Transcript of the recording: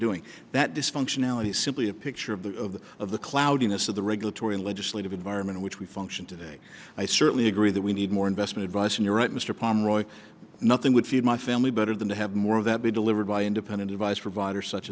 doing that dysfunctionality is simply a picture of the of the of the cloudiness of the regulatory and legislative environment in which we function today i certainly agree that we need more investment advice and you're right mr pomeroy nothing would feed my family better than to have more of that be delivered by independent advice provider such